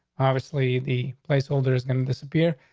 obviously the placeholders and disappear.